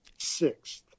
sixth